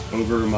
over